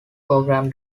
program